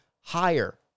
higher